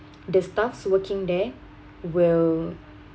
the staffs working there will